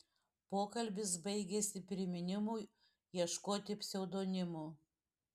pokalbis baigėsi priminimu ieškoti pseudonimų